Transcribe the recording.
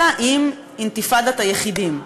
אלא עם אינתיפאדת היחידים.